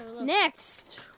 Next